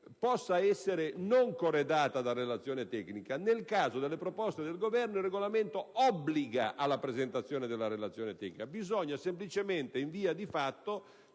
possa essere non corredata da relazione tecnica, nel caso delle proposte del Governo il Regolamento obbliga alla presentazione della relazione tecnica. Bisogna semplicemente, in via di fatto,